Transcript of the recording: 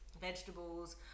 vegetables